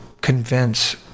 convince